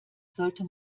sollte